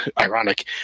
ironic